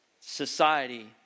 society